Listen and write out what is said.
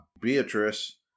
Beatrice